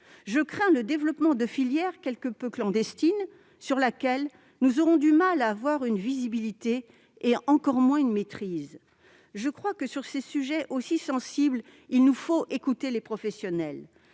Je crains le développement de filières clandestines sur lesquelles nous aurons du mal à avoir une visibilité ou une maîtrise. Sur des sujets aussi sensibles, il nous faut écouter les professionnels.